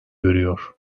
görüyor